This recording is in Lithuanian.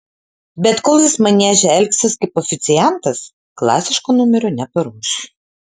bet kol jis manieže elgsis kaip oficiantas klasiško numerio neparuoš